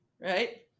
right